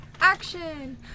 action